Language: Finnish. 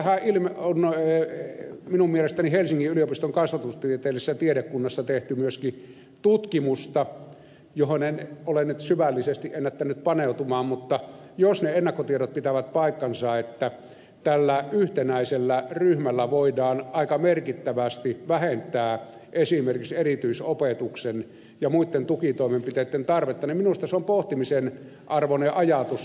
tästähän on minun mielestäni helsingin yliopiston kasvatustieteellisessä tiedekunnassa tehty myöskin tutkimusta johon en ole nyt syvällisesti ennättänyt paneutua mutta jos ne ennakkotiedot pitävät paikkansa että tällä yhtenäisellä ryhmällä voidaan aika merkittävästi vähentää esimerkiksi erityisopetuksen ja muitten tukitoimenpiteitten tarvetta niin minusta se on pohtimisen arvoinen ajatus